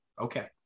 Okay